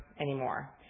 anymore